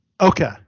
Okay